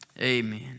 Amen